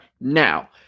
now